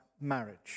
marriage